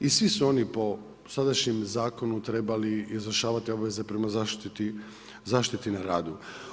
I svi su oni po sadašnjem zakonu trebali izvršavati obvezu prema zaštiti na radu.